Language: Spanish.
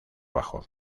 bajo